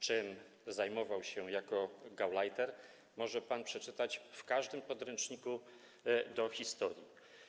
Czym zajmował się jako gauleiter, może pan przeczytać w każdym podręczniku do historii.